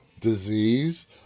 disease